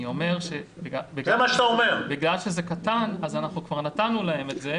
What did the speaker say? אני אומר שבגלל שזה קטן, כבר נתנו להם את זה.